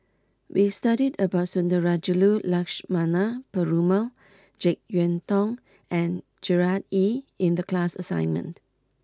we studied about Sundarajulu Lakshmana Perumal Jek Yeun Thong and Gerard Ee in the class assignment